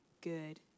good